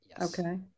Okay